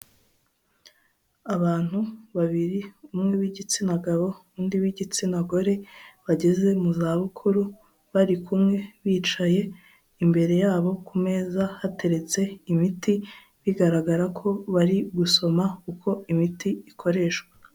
Abantu babiri, umwe w'igitsina gabo, undi w'igitsina gore, bageze mu za bukuru, bari kumwe bicaye, imbere yabo ku meza hateretse imiti bigaragara ko bari gusoma uko imiti ikoreshwa.